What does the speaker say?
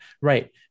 Right